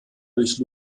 durch